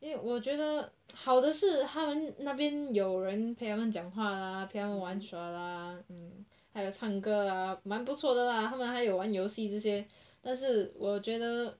因为我觉得好的是他们那边有人陪他们讲话啦陪他们玩耍啦 mm 还有唱歌啦蛮不错的啦他们还有玩游戏这些但是我觉得